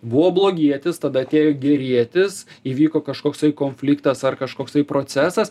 buvo blogietis tada atėjo gerietis įvyko kažkoksai konfliktas ar kažkoksai procesas